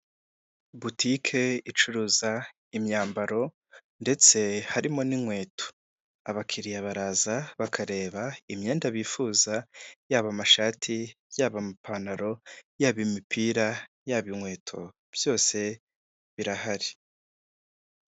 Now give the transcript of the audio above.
Butike icuruza imyambaro ndetse harimo n'inkweto, abakiriya baraza bakareba imyenda bifuza, yaba amashati, yaba amapantaro, yaba imipira, yaba inkweto byose birahari.